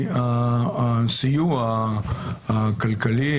לגבי הסיוע הכלכלי,